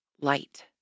light